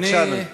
בבקשה, אדוני.